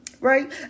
Right